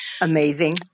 Amazing